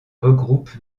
regroupe